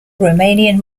romanian